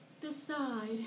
decide